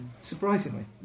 surprisingly